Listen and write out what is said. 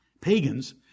Pagans